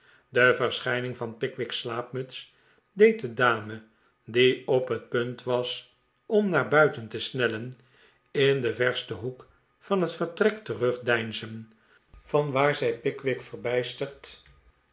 de verschijning van pickwick's slaapmuts deed de dame die op het punt was om naar buiten te snellen in den versten hoek van het vertrek terugdeinzen vanwaar zij pickwick